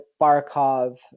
Barkov